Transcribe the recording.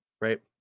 Right